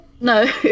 No